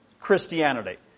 Christianity